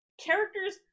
Characters